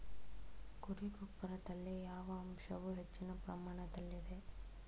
ಕುರಿ ಗೊಬ್ಬರದಲ್ಲಿ ಯಾವ ಅಂಶವು ಹೆಚ್ಚಿನ ಪ್ರಮಾಣದಲ್ಲಿದೆ?